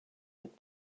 that